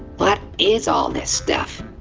but is all this stuff?